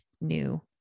new